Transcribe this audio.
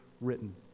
written